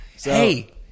Hey